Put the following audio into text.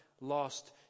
lost